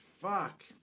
Fuck